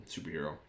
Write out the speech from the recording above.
superhero